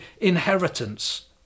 inheritance